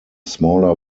smaller